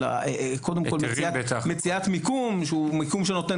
של קודם כל מציאת מיקום שהוא מיקום שנותן